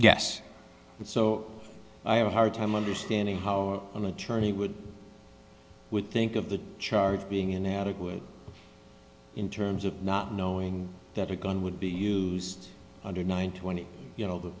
yes so i have a hard time understanding how a majority would think of the charge being inadequate in terms of not knowing that a gun would be used under nine when you know the